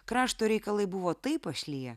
krašto reikalai buvo taip pašliję